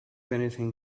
anything